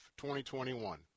2021